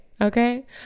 okay